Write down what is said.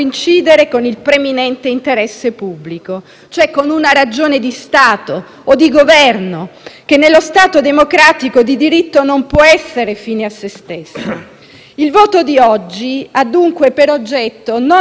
che nello Stato democratico di diritto non può essere fine a se stessa. Il voto di oggi ha dunque per oggetto non una vicenda giudiziaria, che pure è rilevante, ma una visione stessa dello Stato